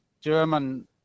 German